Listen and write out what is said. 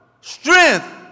strength